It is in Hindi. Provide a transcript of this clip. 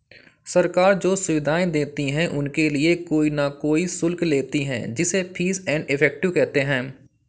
सरकार जो सुविधाएं देती है उनके लिए कोई न कोई शुल्क लेती है जिसे फीस एंड इफेक्टिव कहते हैं